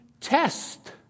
test